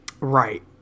Right